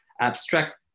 abstract